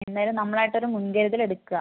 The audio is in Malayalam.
എന്തായാലും നമ്മളായിട്ട് ഒരു മുൻകരുതൽ എടുക്കുക